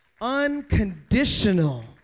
Unconditional